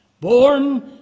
Born